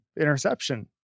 interception